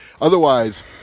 Otherwise